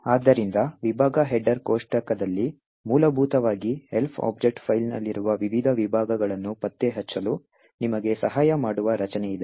ಆದ್ದರಿಂದ ವಿಭಾಗ ಹೆಡರ್ ಕೋಷ್ಟಕದಲ್ಲಿ ಮೂಲಭೂತವಾಗಿ Elf ಆಬ್ಜೆಕ್ಟ್ ಫೈಲ್ನಲ್ಲಿರುವ ವಿವಿಧ ವಿಭಾಗಗಳನ್ನು ಪತ್ತೆಹಚ್ಚಲು ನಿಮಗೆ ಸಹಾಯ ಮಾಡುವ ರಚನೆಯಿದೆ